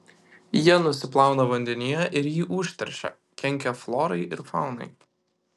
jie nusiplauna vandenyje ir jį užteršia kenkia florai ir faunai